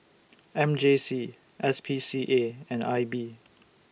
M J C S P C A and I B